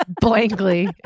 blankly